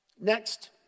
Next